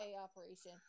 operation